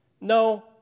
No